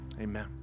amen